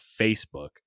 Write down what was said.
Facebook